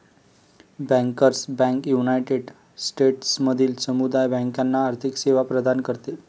bankers bank united स्टेट्समधील समुदाय बँकांना आर्थिक सेवा प्रदान करते